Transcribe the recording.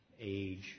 age